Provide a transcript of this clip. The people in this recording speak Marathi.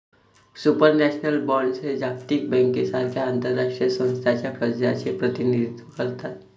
सुपरनॅशनल बॉण्ड्स हे जागतिक बँकेसारख्या आंतरराष्ट्रीय संस्थांच्या कर्जाचे प्रतिनिधित्व करतात